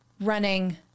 running